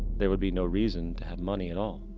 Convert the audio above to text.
there would be no reason to have money at all.